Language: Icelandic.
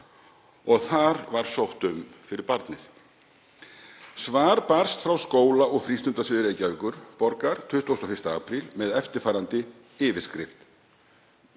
og þar var sótt um fyrir barnið. Svar barst frá skóla- og frístundasviði Reykjavíkurborgar 21. apríl með eftirfarandi yfirskrift: